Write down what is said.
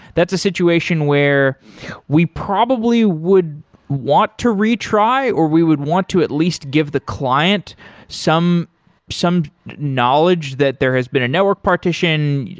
that's a situation where we probably would want to retry or we would want to at least give the client some some knowledge that there has been a network partition,